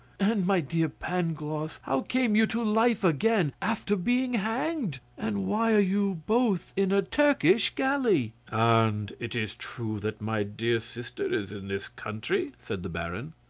and, my dear pangloss, how came you to life again after being hanged? and why are you both in a turkish galley? and it is true that my dear sister is in this country? said the baron.